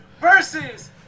versus